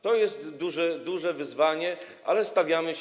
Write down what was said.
To jest duże, duże wyzwanie, ale staramy się.